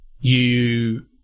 you-